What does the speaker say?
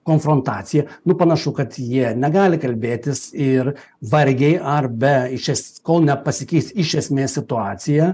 konfrontacija nu panašu kad jie negali kalbėtis ir vargiai ar be iš es kol nepasikeis iš esmės situacija